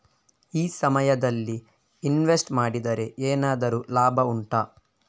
ಈ ಸಮಯದಲ್ಲಿ ಇನ್ವೆಸ್ಟ್ ಮಾಡಿದರೆ ಏನಾದರೂ ಲಾಭ ಉಂಟಾ